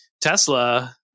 Tesla